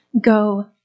Go